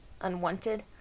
Unwanted